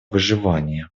выживания